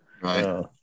Right